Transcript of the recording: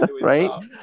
right